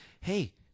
Hey